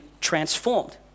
transformed